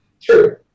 true